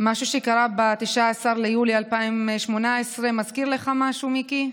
משהו שקרה ב-19 ביולי 2018. מזכיר לך משהו, מיקי?